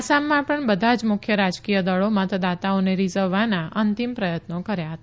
આસામમાં પણ બધા જ મુખ્ય રાજકીય દળો મતદાતાઓને રીઝવવાના અંતીમ પ્રયત્નો કર્યા હતા